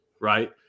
right